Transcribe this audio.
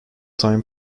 time